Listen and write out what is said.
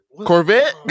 Corvette